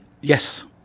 yes